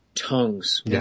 tongues